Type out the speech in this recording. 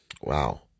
Wow